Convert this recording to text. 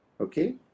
Okay